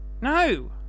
No